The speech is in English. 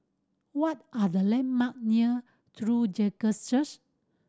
what are the landmark near True Jesus Church